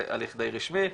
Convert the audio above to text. זה הליך די רשמי.